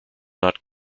not